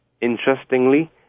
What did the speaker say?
interestingly